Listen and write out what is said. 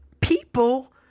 people